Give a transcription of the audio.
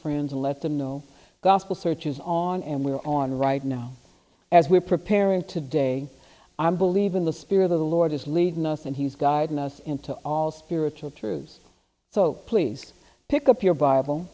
friends and let them know gospel search is on and we're on right now as we are preparing today i'm believe in the spirit of the lord is leading us and he's guiding us into all spiritual truth so please pick up your bible